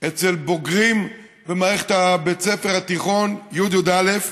אצל בוגרים במערכת בית הספר, התיכון, י'-י"א.